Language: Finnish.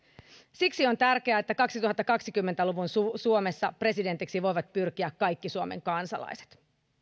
siksi on tärkeää että kaksituhattakaksikymmentä luvun suomessa presidentiksi voivat pyrkiä kaikki suomen kansalaiset